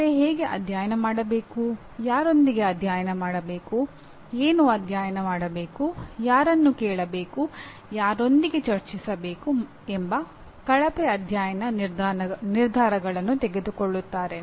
ಅಂದರೆ ಹೇಗೆ ಅಧ್ಯಯನ ಮಾಡಬೇಕು ಯಾರೊಂದಿಗೆ ಅಧ್ಯಯನ ಮಾಡಬೇಕು ಏನು ಅಧ್ಯಯನ ಮಾಡಬೇಕು ಯಾರನ್ನು ಕೇಳಬೇಕು ಯಾರೊಂದಿಗೆ ಚರ್ಚಿಸಬೇಕು ಎಂಬ ಕಳಪೆ ಅಧ್ಯಯನ ನಿರ್ಧಾರಗಳನ್ನು ತೆಗೆದುಕೊಳ್ಳುತ್ತಾರೆ